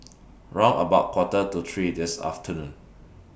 round about Quarter to three This afternoon